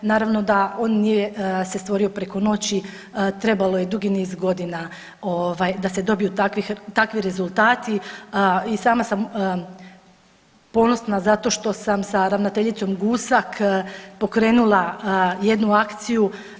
Naravno da on nije se stvorio preko noći, trebalo je dugi niz godina ovaj da se dobiju takvi rezultati i sama sam ponosna zato što sam sa ravnateljicom Gusak pokrenula jednu akciju.